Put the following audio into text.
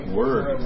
word